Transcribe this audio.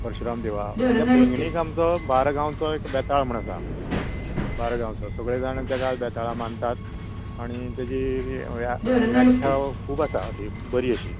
परशुराम देव हा आनी थंय पैंगिणी आमचो बारा गांवचो एक बेताळ म्हूण आसा बारा गांवचो सगळे जाण तेका बेताळा मानतात आनी तेची व्या व्याख्या खूब आसा अशीं बरीं अशीं